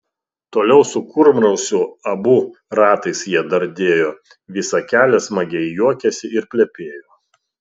toliau su kurmrausiu abu ratais jie dardėjo visą kelią sau smagiai juokėsi ir plepėjo